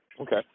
Okay